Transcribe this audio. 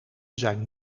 zijn